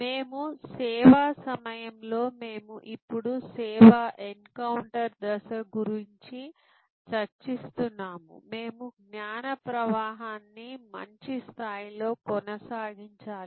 మరియు సేవ సమయంలో మేము ఇప్పుడు సేవా ఎన్కౌంటర్ దశ గురించి చర్చిస్తున్నాము మేము జ్ఞాన ప్రవాహాన్ని మంచి స్థాయిలో కొనసాగించాలి